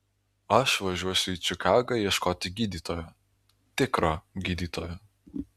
aš važiuosiu į čikagą ieškoti gydytojo tikro gydytojo